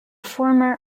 former